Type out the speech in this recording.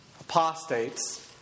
apostates